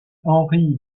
henri